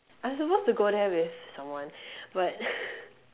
I'm supposed to go there with someone but